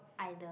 either